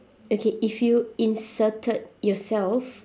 okay if you inserted yourself